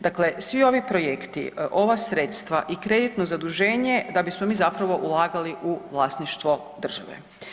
Dakle, svi ovi projekti, ova sredstva i kreditno zaduženje da bismo mi zapravo ulagali u vlasništvo države.